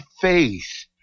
faith